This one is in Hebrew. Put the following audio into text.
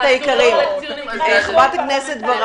לא לחלק ציונים לחברי הכנסת.